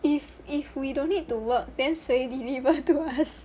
if if we don't need to work then 谁 deliver to us